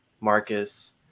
Marcus